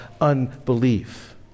unbelief